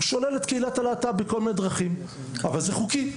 הוא שולל את קהילת הלהט"ב בכל מיני דרכים אבל זה חוקי,